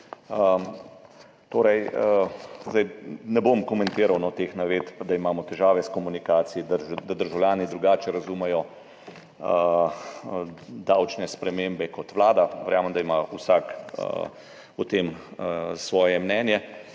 sprememb. Zdaj ne bom komentiral teh navedb, da imamo težave s komunikacijo, da državljani drugače razumejo davčne spremembe kot vlada. Verjamem, da ima vsak o tem svoje mnenje,